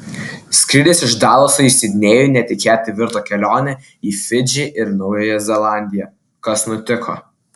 skrydis iš dalaso į sidnėjų netikėtai virto kelione į fidžį ir naująją zelandiją kas nutiko